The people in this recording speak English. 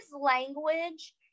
language